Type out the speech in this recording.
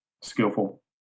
skillful